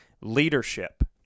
leadership